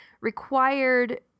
required